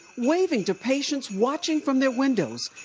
waving to patients watching from their windows.